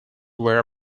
were